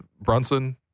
Brunson